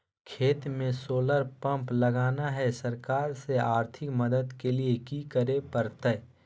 खेत में solar pump लगाना है, सरकार से आर्थिक मदद के लिए की करे परतय?